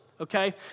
Okay